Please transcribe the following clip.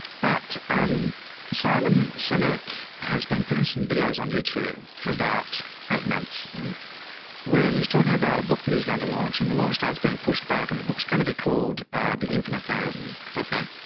but um simon sinek has been putting some videos on youtube for about eight months where he's talking about a book that he's going to launch and the launch day is being pushed back and the book's going to be called the infinite game. okay.